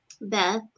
Beth